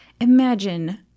Imagine